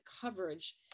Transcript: coverage